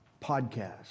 podcast